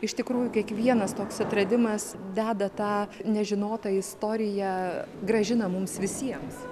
iš tikrųjų kiekvienas toks atradimas deda tą nežinotą istoriją grąžina mums visiems